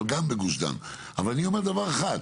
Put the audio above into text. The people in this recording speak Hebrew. אני אומר דבר אחד,